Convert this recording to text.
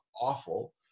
awful